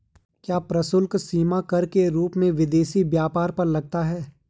क्या प्रशुल्क सीमा कर के रूप में विदेशी व्यापार पर लगता है?